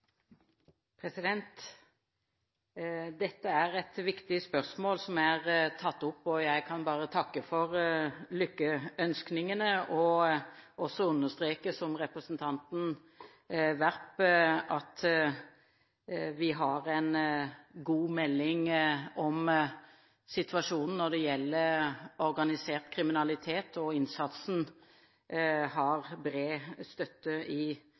er et viktig spørsmål som her er tatt opp. Jeg kan bare takke for lykkeønskningene og også understreke, som representanten Werp gjorde, at vi har en god melding om situasjonen når det gjelder organisert kriminalitet, og at innsatsen har bred støtte i